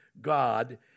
God